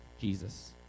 Jesus